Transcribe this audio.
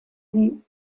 sie